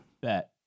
Bet